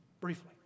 briefly